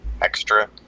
extra